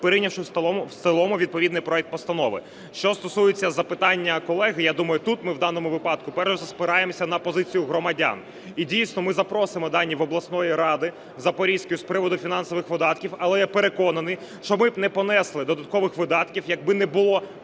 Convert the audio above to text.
прийнявши в цілому відповідний проект постанови. Що стосується запитання колег. Я думаю, тут ми в даному випадку спираємось на позицію громадян. І дійсно, ми запросимо дані в обласної ради Запорізької з приводу фінансових видатків. Але я переконаний, щоб ви не понесли додаткових видатків, якби не було